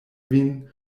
vin